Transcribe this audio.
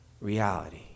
reality